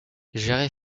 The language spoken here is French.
gérer